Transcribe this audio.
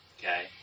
Okay